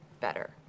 better